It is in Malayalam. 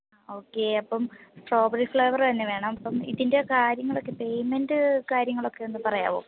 ഓക്കെ അപ്പം സ്ട്രോബറി ഫ്ലേവർ തന്നെ വേണം അപ്പം ഇതിൻ്റെ കാര്യങ്ങളൊക്കെ പേയ്മെൻറ്റ് കാര്യങ്ങളൊക്കെ ഒന്ന് പറയാവോ